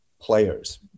players